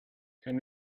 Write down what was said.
can